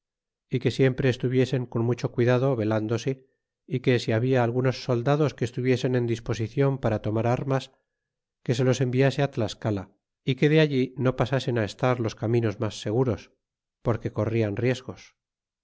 y que siempre estuviesen con mucho cuidado velándose y que si habia algunos soldados que estuviesen en disposicion para tomar armas que se os enviase á tlascala y que de allí no pasasen hasta estar los caminos mas seguros porque corrian riesgos